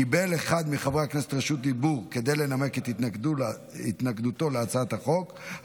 קיבל אחד מחברי הכנסת רשות דיבור כדי לנמק את התנגדותו להצעת החוק,